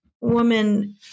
woman